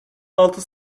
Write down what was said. altı